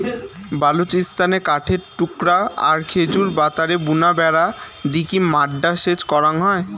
বালুচিস্তানে কাঠের টুকরা আর খেজুর পাতারে বুনা বেড়া দিকি মাড্ডা সেচ করাং হই